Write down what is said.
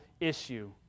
issue